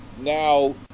now